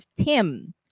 Tim